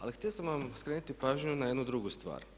Ali htio sam vam skrenuti pažnju na jednu drugu stvar.